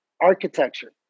architecture